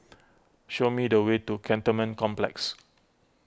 show me the way to Cantonment Complex